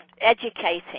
educating